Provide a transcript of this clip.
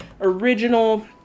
original